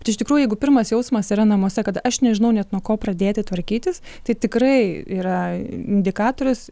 bet iš tikrųjų jeigu pirmas jausmas yra namuose kad aš nežinau net nuo ko pradėti tvarkytis tai tikrai yra indikatorius